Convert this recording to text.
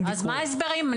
אז מה ההסברים?